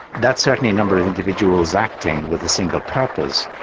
that's certainly a number of individuals acting with a single purpose,